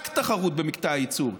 רק תחרות במקטע הייצור.